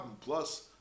plus